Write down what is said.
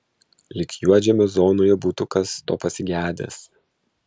lyg juodžemio zonoje būtų kas to pasigedęs